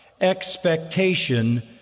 expectation